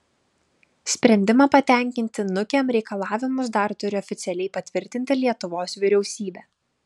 sprendimą patenkinti nukem reikalavimus dar turi oficialiai patvirtinti lietuvos vyriausybė